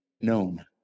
known